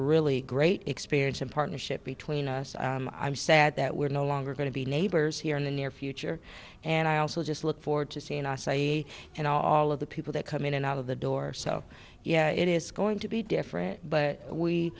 really great experience and partnership between us i'm sad that we're no longer going to be neighbors here in the near future and i also just look forward to seeing aussie and all of the people that come in and out of the door so yeah it is going to be different but we